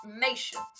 nations